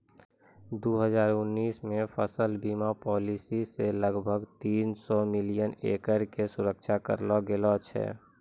दू हजार उन्नीस मे फसल बीमा पॉलिसी से लगभग तीन सौ मिलियन एकड़ के सुरक्षा करलो गेलौ छलै